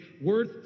worth